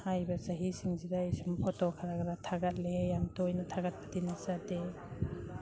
ꯍꯥꯏꯔꯤꯕ ꯆꯍꯤꯁꯤꯡꯁꯤꯗ ꯑꯩ ꯁꯨꯝ ꯐꯣꯇꯣ ꯈꯔ ꯈꯔ ꯊꯥꯒꯠꯂꯦ ꯌꯥꯝ ꯇꯣꯏꯅ ꯊꯥꯒꯠꯄꯗꯤ ꯅꯠꯆꯗꯦ